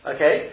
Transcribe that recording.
Okay